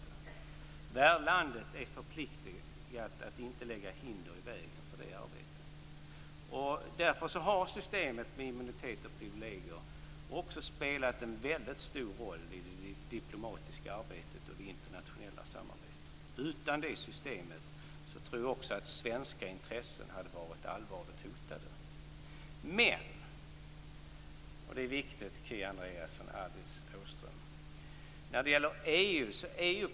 Värdlandet är förpliktat att inte lägga hinder i vägen för det arbetet. Därför har systemet med immunitet och privilegier också spelat en stor roll i det diplomatiska arbetet och i det internationella samarbetet. Utan det systemet tror jag att också svenska intressen skulle ha varit allvarligt hotade. Men med EU-perspektivet, och detta är viktigt, Kia Andreasson och Alice Åström, är det litet annorlunda.